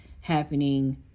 happening